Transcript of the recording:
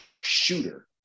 shooter